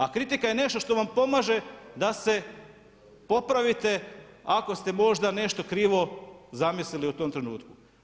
A kritika je nešto što vam pomaže da se popravite ako ste možda nešto krivo zamislili u tom trenutku.